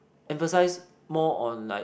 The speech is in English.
emphasise more on like